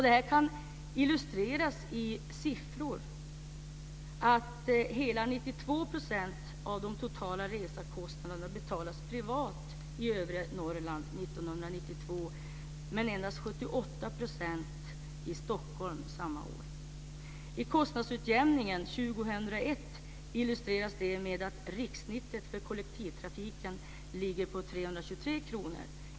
Detta kan illustreras med att hela 92 % av de totala resekostnaderna betalades privat i övre Norrland 1992 medan endast 78 % i Stockholm för samma år. I kostnadsutjämningen 2001 illustreras det med att riksgenomsnittet för kollektivtrafiken ligger på 323 kr.